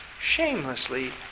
shamelessly